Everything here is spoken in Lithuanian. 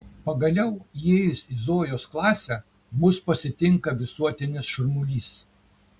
pagaliau įėjus į zojos klasę mus pasitinka visuotinis šurmulys